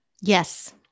Yes